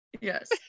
yes